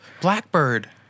Blackbird